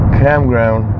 campground